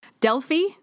Delphi